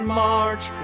march